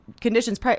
conditions